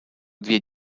две